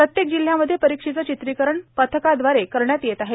प्रत्येक जिल्ह्यामध्ये परक्षेचं र्चित्रिकरण पथकादवारे करण्यात येत आहे